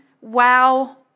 Wow